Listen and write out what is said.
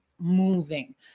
moving